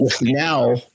now